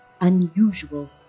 unusual